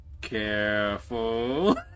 Careful